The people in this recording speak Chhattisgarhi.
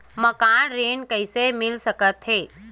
मकान ऋण कइसे मिल सकथे?